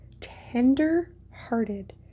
tender-hearted